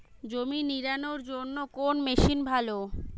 জমি নিড়ানোর জন্য কোন মেশিন ভালো?